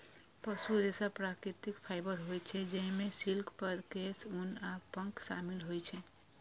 पशु रेशा प्राकृतिक फाइबर होइ छै, जइमे सिल्क, फर, केश, ऊन आ पंख शामिल होइ छै